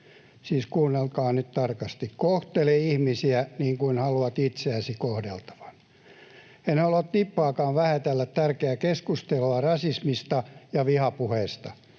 kuunnelkaa nyt tarkasti: kohtele ihmisiä niin kuin haluat itseäsi kohdeltavan. En halua tippaakaan vähätellä tärkeää keskustelua rasismista ja vihapuheesta,